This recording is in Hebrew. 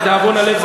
לדאבון הלב,